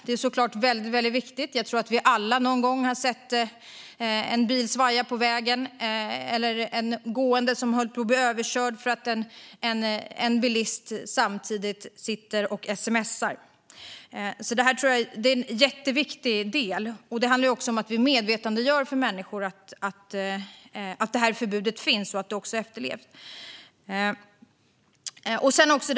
Det är såklart väldigt viktigt. Jag tror att vi alla någon gång har sett en bil svaja på vägen eller en gående som håller på att bli överkörd för att en bilist sitter och sms:ar och kör samtidigt. Detta är alltså en jätteviktig del. Det handlar också om att vi medvetandegör för människor att detta förbud finns och att det också efterlevs.